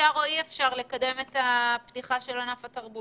אפשר או אי-אפשר לקדם את הפתיחה של ענף התרבות.